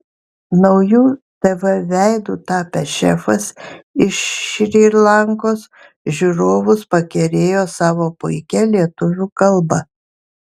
nauju tv veidu tapęs šefas iš šri lankos žiūrovus pakerėjo savo puikia lietuvių kalba